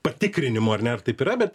patikrinimo ar ne ar taip yra bet